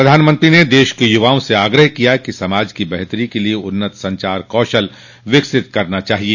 प्रधानमंत्री ने देश के युवाओं से आग्रह किया कि समाज की बेहतरी के लिए उन्नत संचार कौशल विकसित करना चाहिए